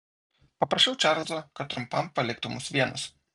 paprašiau čarlzo kad trumpam paliktų mus vienus